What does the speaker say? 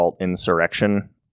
insurrection